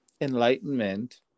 enlightenment